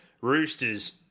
Roosters